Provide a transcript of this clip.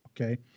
okay